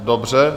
Dobře.